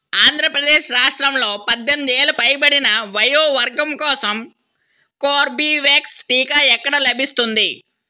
ఆంద్రప్రదేశ్ రాష్ట్రంలో పద్దెనిమిది ఏళ్ళ పైబడిన వయో వర్గం కోసం కోర్బివ్యాక్స్ టీకా ఎక్కడ లభిస్తుంది